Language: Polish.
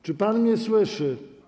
Czy pan mnie słyszy?